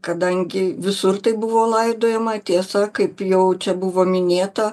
kadangi visur taip buvo laidojama tiesa kaip jau čia buvo minėta